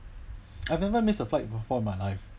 I've never missed the flight before my life